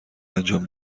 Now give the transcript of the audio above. انجام